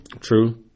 True